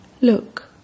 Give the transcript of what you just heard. Look